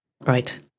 Right